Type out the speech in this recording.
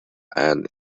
and